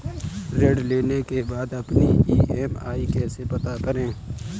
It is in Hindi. ऋण लेने के बाद अपनी ई.एम.आई कैसे पता करें?